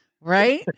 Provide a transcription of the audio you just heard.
Right